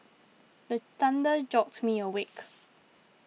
the thunder jolt me awake